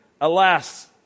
Alas